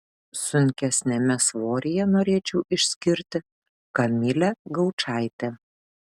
sunkesniame svoryje norėčiau išskirti kamilę gaučaitę